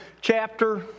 chapter